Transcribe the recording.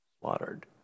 Slaughtered